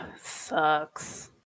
sucks